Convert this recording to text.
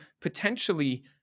potentially